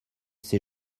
ces